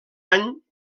any